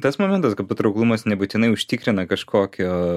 tas momentas kad patrauklumas nebūtinai užtikrina kažkokio